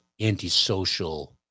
antisocial